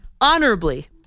honorably